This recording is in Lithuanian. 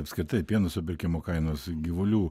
apskritai pieno supirkimo kainos gyvulių